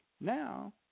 Now